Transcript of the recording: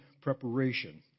preparation